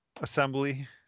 assembly